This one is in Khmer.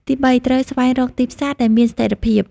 ទីបី ត្រូវ ស្វែងរកទីផ្សារដែលមានស្ថិរភាព។